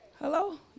Hello